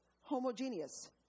Homogeneous